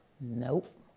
Nope